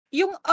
yung